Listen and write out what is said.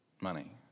money